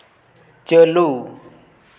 ᱪᱟᱹᱞᱩ